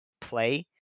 play